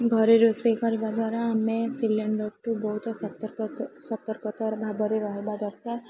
ଘରେ ରୋଷେଇ କରିବା ଦ୍ୱାରା ଆମେ ସିଲିଣ୍ଡରଠୁ ବହୁତ ସତର୍କତା ସତର୍କତାର ଭାବରେ ରହିବା ଦରକାର